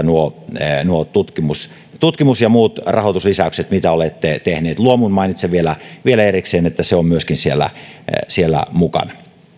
nuo tutkimus tutkimus ja muut rahoituslisäykset joita olette tehneet ovat erittäin paikalleen osuneita luomun mainitsen vielä vielä erikseen että myöskin se on siellä siellä mukana